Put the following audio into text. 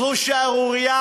זו שערורייה.